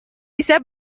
bisa